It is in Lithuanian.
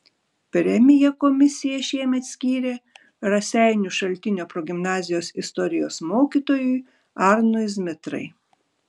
premiją komisija šiemet skyrė raseinių šaltinio progimnazijos istorijos mokytojui arnui zmitrai